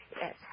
Yes